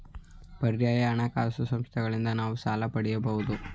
ಪರ್ಯಾಯ ಹಣಕಾಸು ಸಂಸ್ಥೆಗಳಿಂದ ನಾವು ಸಾಲ ಪಡೆಯಬಹುದೇ?